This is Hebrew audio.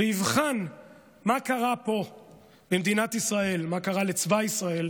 ויבחן מה קרה פה במדינת ישראל, מה קרה לצבא ישראל,